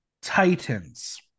titans